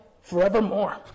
forevermore